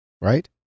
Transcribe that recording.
Right